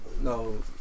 no